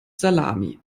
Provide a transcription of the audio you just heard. salami